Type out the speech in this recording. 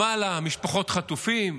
למעלה משפחות חטופים.